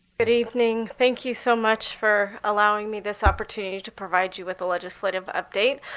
good evening. thank you so much for allowing me this opportunity to provide you with a legislative update.